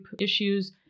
issues